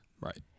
Right